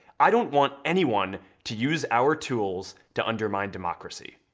i don't want anyone to use our tools to undermine democracy.